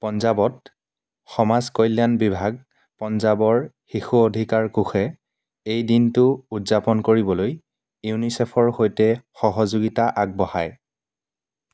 পঞ্জাৱত সমাজ কল্যাণ বিভাগ পঞ্জাৱৰ শিশু অধিকাৰ কোষে এই দিনটো উদযাপন কৰিবলৈ ইউনিচেফৰ সৈতে সহযোগিতা আগবঢ়ায়